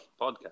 podcast